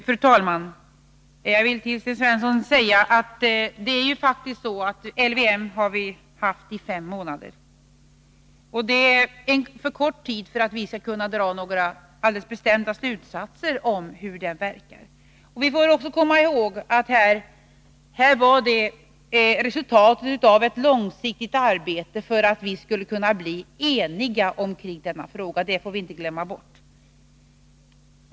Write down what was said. Fru talman! Till Sten Svensson vill jag säga att vi haft LVM i bara fem månader. Det är för kort tid för att dra några alldeles bestämda slutsatser om hur den verkar. Vi får också komma ihåg att den är ett resultat av ett långsiktigt arbete för att vi skulle kunna bli eniga kring denna fråga.